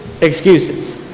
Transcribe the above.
excuses